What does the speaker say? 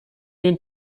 den